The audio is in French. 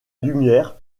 lumière